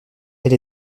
elle